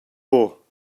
buc